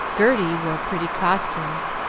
gerty wore pretty costumes,